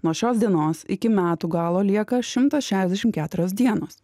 nuo šios dienos iki metų galo lieka šimtas šešiasdešimt keturios dienos